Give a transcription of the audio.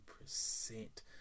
percent